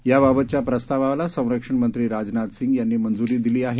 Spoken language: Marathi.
याबाबतच्या प्रस्तावाला संरक्षण मंत्री राजनाथ सिंग यांनी मंजुरी दिली आहे